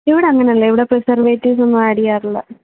ഇവിടെ അങ്ങനെ അല്ല ഇവിടെ പ്രിസെർവേറ്റിവ്സൊന്നും ആഡ് ചെയ്യാറില്ല